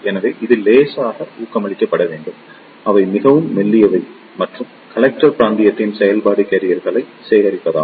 எனவே இது லேசாக ஊக்கமளிக்கப்பட வேண்டும் அவை மிகவும் மெல்லியவை மற்றும் கலெக்டர் பிராந்தியத்தின் செயல்பாடு கேரியர்களை சேகரிப்பதாகும்